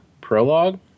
prologue